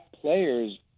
players